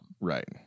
Right